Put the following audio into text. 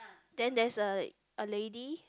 then there's a lady